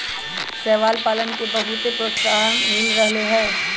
शैवाल पालन के बहुत प्रोत्साहन मिल रहले है